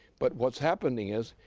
but what's happening is,